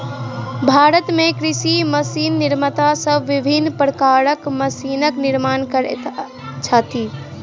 भारत मे कृषि मशीन निर्माता सब विभिन्न प्रकारक मशीनक निर्माण करैत छथि